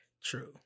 True